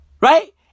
Right